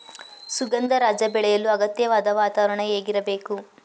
ಸುಗಂಧರಾಜ ಬೆಳೆಯಲು ಅಗತ್ಯವಾದ ವಾತಾವರಣ ಹೇಗಿರಬೇಕು?